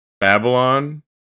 Babylon